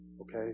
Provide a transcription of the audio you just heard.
okay